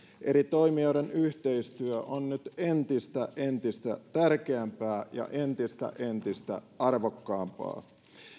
eri toimijoiden yhteistyö on nyt entistä entistä tärkeämpää ja entistä entistä arvokkaampaa